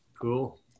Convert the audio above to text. Cool